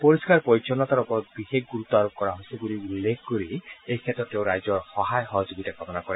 পৰিষ্কাৰ পৰিচ্ছন্নতাৰ ওপৰত বিশেষ গুৰুত্ব আৰোপ কৰা হৈছে বুলি উল্লেখ কৰি এই ক্ষেত্ৰত তেওঁ ৰাইজৰ সহায় সহযোগিতা কামনা কৰে